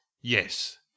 Yes